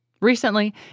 Recently